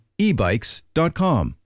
ebikes.com